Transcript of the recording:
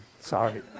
sorry